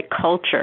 culture